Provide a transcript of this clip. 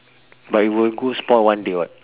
but it will go spoil one day [what]